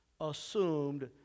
assumed